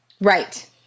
Right